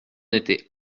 était